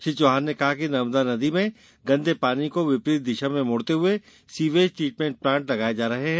श्री चौहान ने कहा कि नर्मदा नदी में गंदे पानी को विपरीत दिशा में मोडते हुए सीवेज ट्रीटमेन्ट प्लांट लगाये जा रहे है